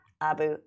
Abu